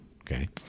Okay